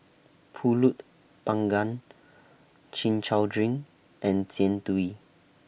Pulut Panggang Chin Chow Drink and Jian Dui